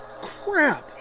Crap